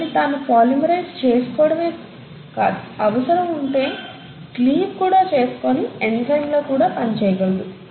తనని తాను పొలిమెరైజ్ చేసుకోవటమే కాదు అవసరం ఉంటే క్లీవ్ కూడా చేసుకుని ఎంజైమ్ లా కూడా పని చేయగలదు